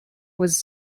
was